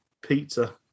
pizza